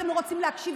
אתם לא רוצים להקשיב.